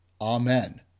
Amen